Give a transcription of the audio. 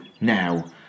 now